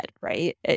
right